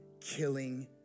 killing